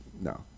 no